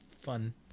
fun